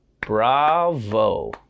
Bravo